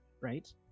right